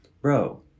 Bro